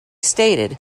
stated